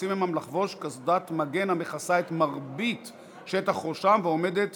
הנוסעים עמם לחבוש קסדת מגן המכסה את מרבית שטח ראשם ועומדת